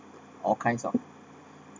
or kinds of